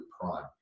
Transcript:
prime